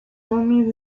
homens